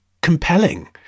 compelling